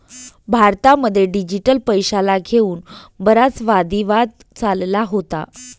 भारतामध्ये डिजिटल पैशाला घेऊन बराच वादी वाद चालला होता